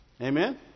Amen